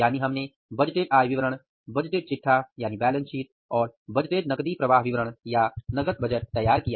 यानी हमने बजटेड आय विवरण बजटेड चिट्ठा यानी बैलेंस शीट और बजटेड नकदी प्रवाह विवरण या नकद बजट तैयार किया